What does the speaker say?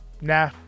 nah